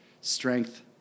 strength